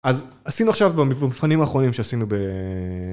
אז עשינו עכשיו במבחנים האחרונים שעשינו ב...